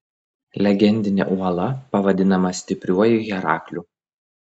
legendinė uola pavadinama stipriuoju herakliu